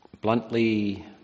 bluntly